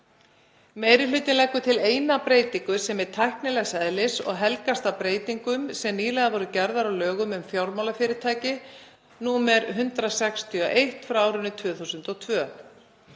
Meiri hlutinn leggur til eina breytingu sem er tæknilegs eðlis og helgast af breytingum sem nýlega voru gerðar á lögum um fjármálafyrirtæki, nr. 161/2002.